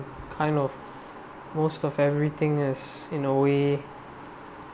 kind of most of everything is in a way